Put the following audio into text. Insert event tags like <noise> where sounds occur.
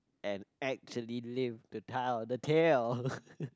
and actually live to tell the tale <laughs>